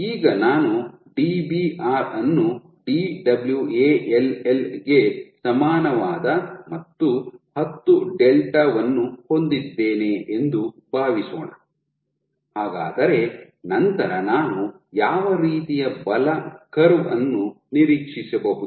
ಈಗ ನಾನು Dbr ಅನ್ನು Dwall ಗೆ ಸಮಾನವಾದ ಹತ್ತು ಡೆಲ್ಟಾ ವನ್ನು ಹೊಂದಿದ್ದೇನೆ ಎಂದು ಭಾವಿಸೋಣ ಹಾಗಾದರೆ ನಂತರ ನಾನು ಯಾವ ರೀತಿಯ ಬಲ ಕರ್ವ್ ಅನ್ನು ನಿರೀಕ್ಷಿಸಬಹುದು